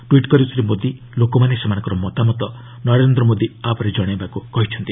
tweet କରି ଶ୍ରୀ ମୋଦି ଲୋକମାନେ ସେମାନଙ୍କ ମତାମତ ନରେନ୍ଦ୍ର ମୋଦି ଆପ୍ରେ ଜଣାଇବାକୁ କହିଛନ୍ତି